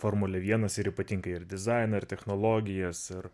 formulę vienas ir ypatingai ir dizainą ir technologijas ir